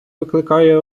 викликає